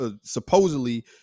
supposedly